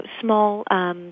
small